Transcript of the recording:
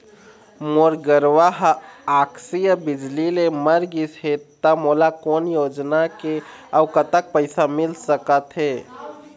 मोर गरवा हा आकसीय बिजली ले मर गिस हे था मोला कोन योजना ले अऊ कतक पैसा मिल सका थे?